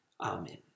Amen